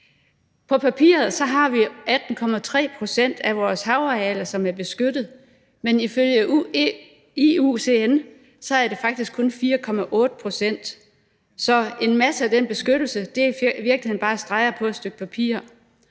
På papiret har vi 18,3 pct. af vores havarealer, som er beskyttet, men ifølge IUCN er det faktisk kun 4,8 pct. Så en masse af den beskyttelse er i virkeligheden bare streger på et stykke papir,